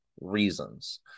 reasons